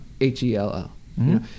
H-E-L-L